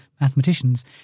mathematicians